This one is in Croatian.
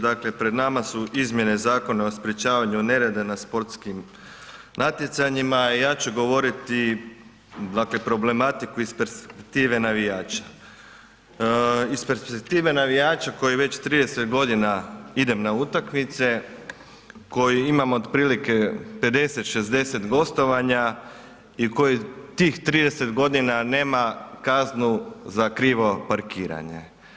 Dakle pred nama su izmjene Zakona o sprječavanju nereda na sportskim natjecanjima i ja ću govoriti dakle problematiku iz perspektive navijača, iz perspektive navijača koji već 30 godina idem na utakmice, koji imam otprilike 50, 60 gostovanja i koji tih 30 godina nema kaznu za krivo parkiranje.